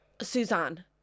Suzanne